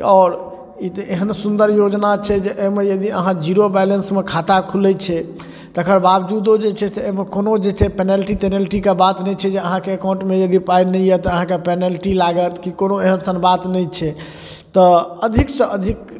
आओर ई तऽ एहन सुन्दर योजना छै जे अइमे यदि अहाँ जीरो बैलेंसमे खाता खुलै छै तकर बावजूदो जे छै से अइमे कोनो जे छै पेनल्टी तेनेल्टीके बात नहि छै जे अहाँके एकाउन्टमे नहि यदि पाइ नहि यऽ तऽ अहाँके पेनेल्टी लागत कि कोनो एहेनसन बात नहि छै तऽ अधिकसँ अधिक